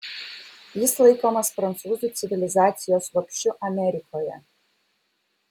jis laikomas prancūzų civilizacijos lopšiu amerikoje